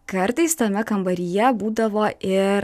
kartais tame kambaryje būdavo ir